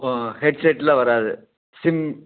ம் ம் ஹெட்செட்டெலாம் வராது சிம்